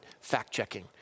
fact-checking